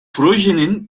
projenin